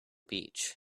beach